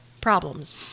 problems